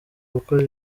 gukora